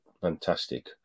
fantastic